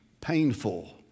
painful